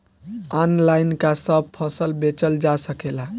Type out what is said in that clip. Online का सब फसल बेचल जा सकेला?